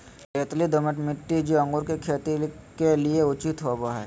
रेतीली, दोमट मिट्टी, जो अंगूर की खेती के लिए उचित होवो हइ